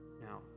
Now